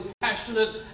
passionate